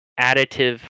additive